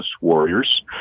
warriors